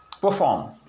perform